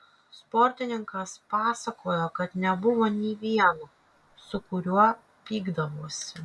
sportininkas pasakojo kad nebuvo nei vieno su kuriuo pykdavosi